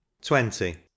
twenty